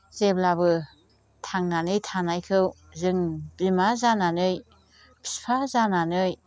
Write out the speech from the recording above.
जेब्लाबो थांनानै थानायखौ जों बिमा जानानै बिफा जानानै